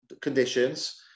conditions